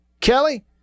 Kelly